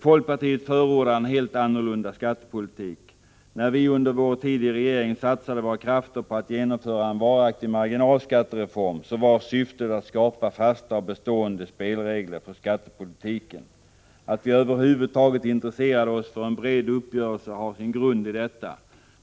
Folkpartiet förordar en helt annan skattepolitik. När vi under vår tid i regeringen satsade våra krafter på att genomföra en varaktig marginalskattereform var syftet att skapa fasta och bestående spelregler för skattepolitiken. Att vi över huvud taget intresserade oss för en bred uppgörelse hade sin grund i detta.